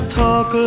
talk